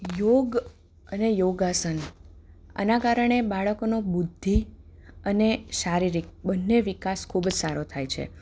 યોગ અને યોગાસન આના કારણે બાળકોનો બુદ્ધિ અને શારીરિક બંને વિકાસ ખૂબ જ સારો થાય છે